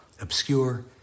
obscure